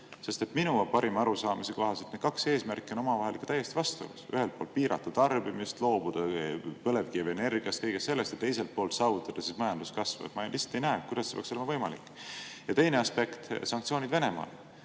Minu parima arusaamise kohaselt on need kaks eesmärki omavahel ikka täiesti vastuolus: ühelt poolt piirata tarbimist, loobuda põlevkivienergiast, kõigest sellest, ja teiselt poolt saavutada majanduskasv. Ma lihtsalt ei näe, kuidas see saaks olla võimalik. Teine aspekt: sanktsioonid Venemaa